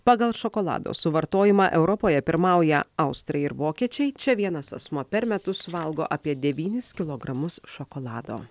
pagal šokolado suvartojimą europoje pirmauja austrai ir vokiečiai čia vienas asmuo per metus suvalgo apie devynis kilogramus šokolado